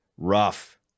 Rough